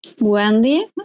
Wendy